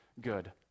good